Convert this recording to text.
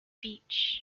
beach